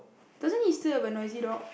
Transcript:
doesn't he still have a noisy dog